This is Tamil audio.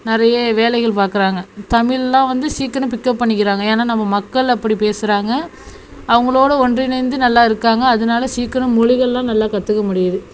நிறைய வேலைகள் பார்க்குறாங்க தமிழ்லாம் வந்து சீக்கிரம் பிக்கப் பண்ணிக்கிறாங்க ஏன்னா நம்ம மக்கள் அப்படி பேசுகிறாங்க அவங்களோட ஒன்றிணைந்து நல்லா இருக்காங்க அதனால சீக்கிரம் மொழிகள்லாம் நல்லா கற்றுக்க முடியிது